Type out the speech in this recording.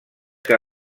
que